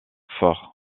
fort